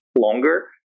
longer